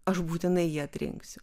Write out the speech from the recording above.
aš būtinai jį atrinksiu